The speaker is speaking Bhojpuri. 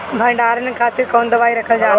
भंडारन के खातीर कौन दवाई रखल जाला?